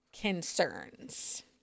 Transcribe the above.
concerns